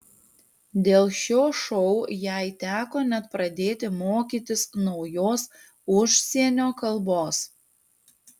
dėl šio šou jai teko net pradėti mokytis naujos užsienio kalbos